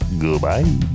goodbye